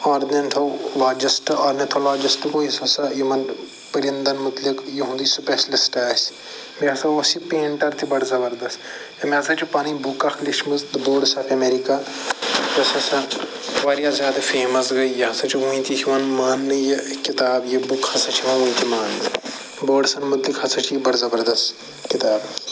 ornitho لاجِسٹ ornithologist ہَسا گوٚو یُس ہَسا یِمَن پٔرِندَن مُتعلِق یُہُنٛد یہِ سپیشلِسٹ آسہِ بیٚیہِ ہَسا اوس یہِ پینٹَر تہِ بَڑٕ زَبردَس أمۍ ہَسا چھِ پَنٕنۍ بُک اکھ لیٚچھمٕژ دَ بٲڈٕس آف امیرِکا یۄس ہَسا واریاہ زیادٕ فیمَس گٔے یہِ ہَسا چھِ وٕنہِ تہِ چھِ یِوان ماننہٕ یہِ کِتاب یہِ بُک ہَسا چھِ یِوان ونہ تہِ ماننہٕ بٲڈسَن مُتعلِق ہَسا چھِ یہِ بَڑٕ زَبردَس کِتاب